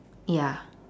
ya